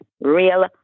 real